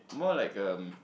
more like a